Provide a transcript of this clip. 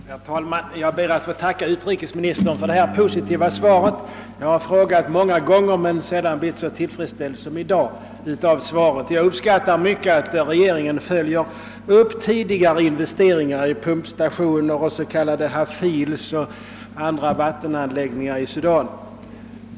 Herr talman! Jag ber att få tacka utrikesministern för detta positiva svar. Jag har ställt frågor många gånger här i kammaren men har sällan blivit så tillfredsställd med ett svar som i dag. Jag uppskattar mycket att regeringen följer upp tidigare investeringar i pumpstationer och s.k. hafils och andra vattenanläggningar i Sudan.